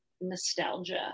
nostalgia